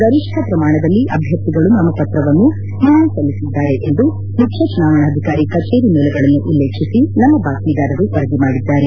ಗರಿಷ್ನ ಪ್ರಮಾಣದಲ್ಲಿ ಅಭ್ಯರ್ಥಿಗಳು ನಾಮಪತ್ರವನ್ನು ನಿನ್ನೆ ಸಲ್ಲಿಸಿದ್ದಾರೆ ಎಂದು ಮುಖ್ಯ ಚುನಾವಣಾಧಿಕಾರಿ ಕಚೇರಿ ಮೂಲಗಳನ್ನು ಉಲ್ಲೇಖಿಸಿ ನಮ್ನ ಬಾತ್ತೀದಾರರು ವರದಿ ಮಾಡಿದ್ದಾರೆ